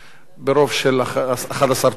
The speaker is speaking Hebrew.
ברוב של 11 תומכים,